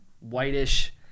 whitish